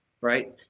Right